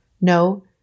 No